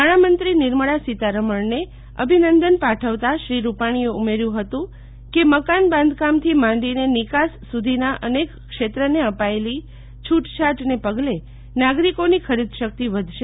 નાણામંત્રી નિર્મળા સીતારમણને અભિનંદન પાઠવતા શ્રી રૂપાણીએ ઉમેર્યું હતું કે મકાન બાંધકામથી માંડીને વિકાસ સુધીના અનેક ક્ષેત્રને અપાયેલી છૂટછાટને પગલે નાગરીકોને ખરીદશક્તિ વધશે